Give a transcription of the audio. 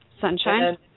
Sunshine